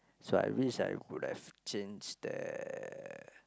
so I wish I would have changed the